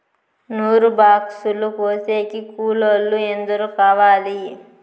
నూరు బాక్సులు కోసేకి కూలోల్లు ఎందరు కావాలి?